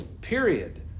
period